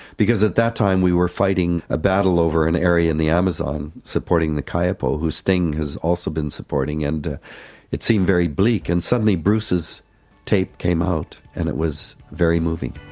because at that time we were fighting a battle over an area in the amazon supporting the kayapo who sting has also been supporting, and it seemed very bleak. and suddenly bruce's tape came out, and it was very moving.